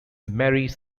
mary